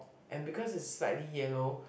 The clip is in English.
and because it's slightly yellow